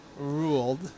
ruled